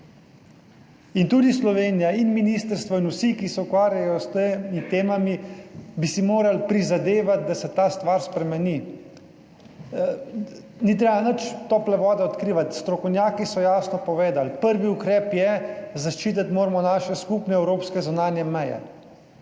In tudi Slovenija in ministrstvo in vsi, ki se ukvarjajo s temi temami, bi si morali prizadevati, da se ta stvar spremeni. Ni treba nič tople vode odkrivati, strokovnjaki so jasno povedali. Prvi ukrep je, zaščititi moramo naše skupne evropske zunanje meje.